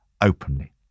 openly